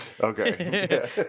Okay